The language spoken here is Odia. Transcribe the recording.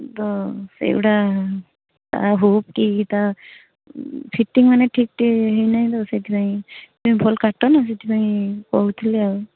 ତ ସେଇ ଗୁଡ଼ା ହୁକ୍ ଟିକେ ଫିଟିଙ୍ଗ୍ ମାନେ ଠିକ୍ସେ ହେଇ ନାହିଁ ତ ସେଥିପାଇଁ ତମେ ଭଲ କାଟ ନା ସେଥିପାଇଁ କହୁଥିଲି ଆଉ